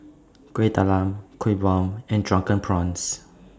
Kuih Talam Kuih Bom and Drunken Prawns